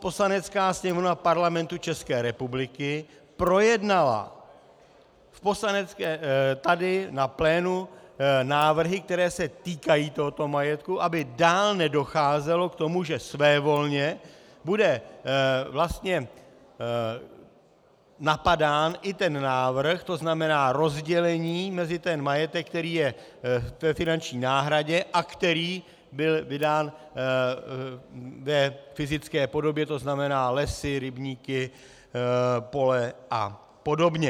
Poslanecká sněmovna Parlamentu České republiky projednala tady na plénu návrhy, které se týkají tohoto majetku, aby dál nedocházelo k tomu, že svévolně bude vlastně napadán i ten návrh, to znamená rozdělení mezi ten majetek, který je ve finanční náhradě, a ten, který byl vydán ve fyzické podobě, to znamená lesy, rybníky, pole apod.